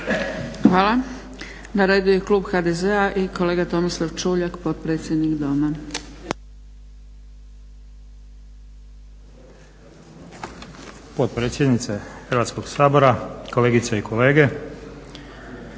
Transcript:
Hvala. Na redu je klub HDZ-a i kolega Tomislav Čuljak, potpredsjednik Doma. **Čuljak, Tomislav (HDZ)** Potpredsjednice Hrvatskog sabora, kolegice i kolege.